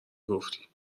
گفتی